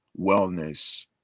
wellness